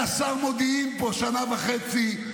היה שר מודיעין פה שנה וחצי,